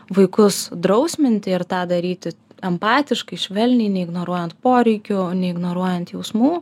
vaikus drausminti ir tą daryti empatiškai švelniai neignoruojant poreikių neignoruojant jausmų